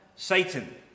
Satan